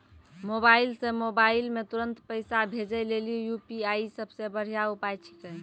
mobile से mobile मे तुरन्त पैसा भेजे लेली यू.पी.आई सबसे बढ़िया उपाय छिकै